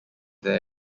their